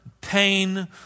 pain